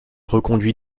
reconduit